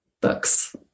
books